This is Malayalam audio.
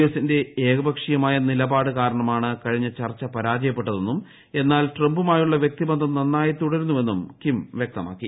എസ് ന്റെ ഏകപക്ഷീയമായ നിലപാട് കാരണമാണ് കഴിഞ്ഞ ചർച്ച പരാജയപ്പെട്ടതെന്നും എന്നാൽ ട്രംപുമായുള്ള വ്യക്തിബന്ധം നന്നായി തുടരുന്നുവെന്നും കിം വൃക്തമാക്കി